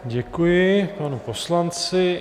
Děkuji panu poslanci.